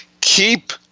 Keep